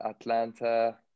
Atlanta